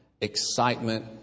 excitement